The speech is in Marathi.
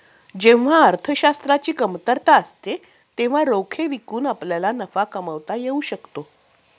जेव्हा अर्थशास्त्राची कमतरता असते तेव्हा रोखे विकून आपल्याला नफा कमावता येऊ शकतो